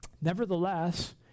Nevertheless